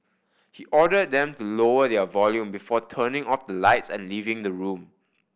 he ordered them to lower their volume before turning off the lights and leaving the room